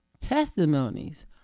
testimonies